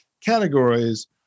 categories